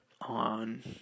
on